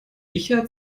richard